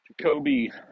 Jacoby